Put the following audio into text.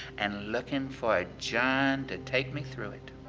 and looking for a john to take me through it.